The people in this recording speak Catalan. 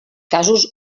casos